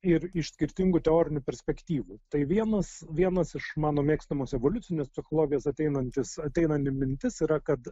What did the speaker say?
ir iš skirtingų teorinių perspektyvų tai vienas vienas iš mano mėgstamos evoliucinės psichologijos ateinantis ateinanti mintis yra kad